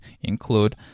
include